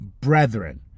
brethren